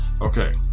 Okay